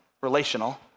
relational